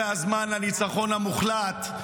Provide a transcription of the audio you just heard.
זה הזמן לניצחון המוחלט,